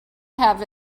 have